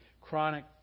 chronic